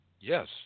Yes